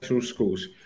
schools